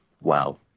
Wow